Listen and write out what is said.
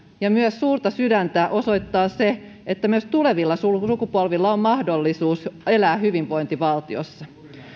ja myös suurta sydäntä osoittaa se että myös tulevilla sukupolvilla on mahdollisuus elää hyvinvointivaltiossa